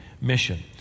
mission